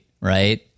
right